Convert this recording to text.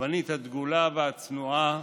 הרבנית הדגולה והצנועה,